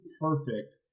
perfect